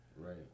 right